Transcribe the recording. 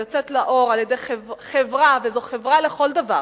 היוצאת לאור על-ידי חברה, וזו חברה לכל דבר,